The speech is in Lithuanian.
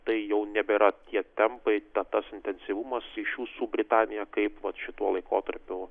tai jau nebėra tie tempai tas intensyvumas ryšių su britanija kaip vat šituo laikotarpiu